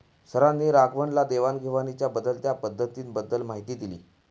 सरांनी राघवनला देवाण घेवाणीच्या बदलत्या पद्धतींबद्दल माहिती दिली